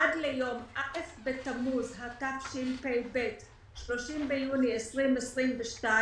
עד יום א' בתמוז התשפ"ב (30 ביוני 2022),"